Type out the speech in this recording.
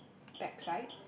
backside